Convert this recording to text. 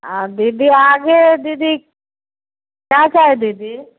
आ दीदी आगे दीदी क्या चाही दीदी